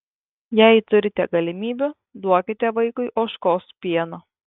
jei turite galimybių duokite vaikui ožkos pieno